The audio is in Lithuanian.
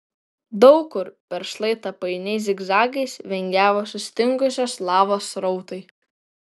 daug kur per šlaitą painiais zigzagais vingiavo sustingusios lavos srautai